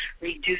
reduce